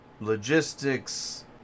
Logistics